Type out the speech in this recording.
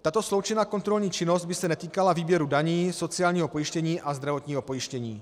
Tato sloučená kontrolní činnost by se netýkala výběru daní, sociálního pojištění a zdravotního pojištění.